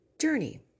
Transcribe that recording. journey